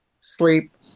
sleep